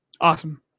Awesome